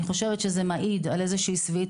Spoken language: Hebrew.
אני חושבת שזה מעיד על איזו שהיא שביעות